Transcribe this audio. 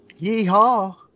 Yeehaw